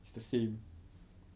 it's the same